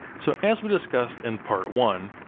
so as we discussed in part one,